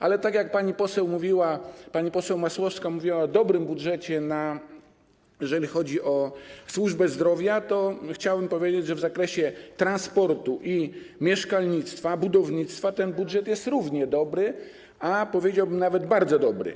Ale tak jak pani poseł Masłowska mówiła o dobrym budżecie, jeżeli chodzi o służbę zdrowia, chciałem powiedzieć, że w zakresie transportu i mieszkalnictwa, budownictwa ten budżet jest równie dobry, a powiedziałbym nawet bardzo dobry.